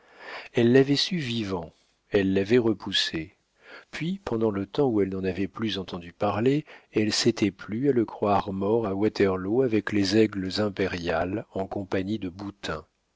elle l'avait su vivant elle l'avait repoussé puis pendant le temps où elle n'en avait plus entendu parler elle s'était plu à le croire mort à waterloo avec les aigles impériales en compagnie de